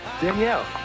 Danielle